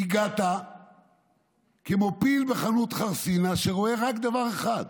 הגעת כמו פיל בחנות חרסינה שרואה רק דבר אחד: